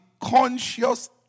conscious